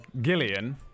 Gillian